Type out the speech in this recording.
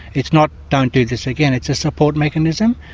it's not don't do this again it's a support mechanism.